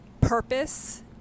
purpose